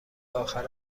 آخر